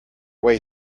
way